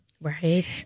Right